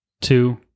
two